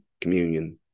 communion